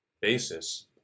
basis